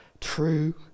true